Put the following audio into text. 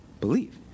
believe